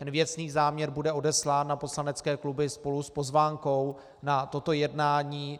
Věcný záměr bude odeslán na poslanecké kluby spolu s pozvánkou na toto jednání.